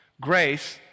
grace